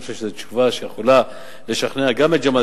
אני חושב שזאת תשובה שיכולה לשכנע גם את ג'מאל